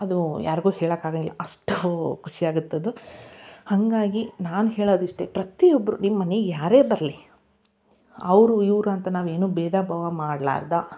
ಅದು ಯಾರಿಗೂ ಹೇಳೋಕೆ ಆಗೋಂಗಿಲ್ಲ ಅಷ್ಟು ಖುಷಿಯಾಗುತ್ತದು ಹಾಗಾಗಿ ನಾನು ಹೇಳೋದು ಇಷ್ಟೇ ಪ್ರತಿಯೊಬ್ಬರು ನಿಮ್ಮ ಮನೆಗೆ ಯಾರೇ ಬರಲಿ ಅವರು ಇವರು ಅಂತ ನಾವೇನು ಭೇದ ಭಾವ ಮಾಡಲಾರ್ದ